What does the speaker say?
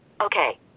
Okay